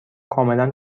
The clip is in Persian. کاملا